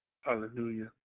Hallelujah